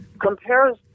compares